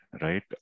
right